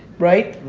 right?